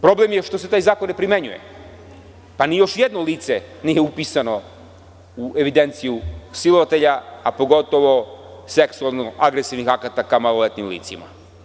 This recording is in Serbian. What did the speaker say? Problem je što se taj zakon ne primenjuje, pa ni još jedno lice nije upisano u evidenciju silovatelja, a pogotovo seksualno agresivnih akata ka maloletnim licima.